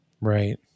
Right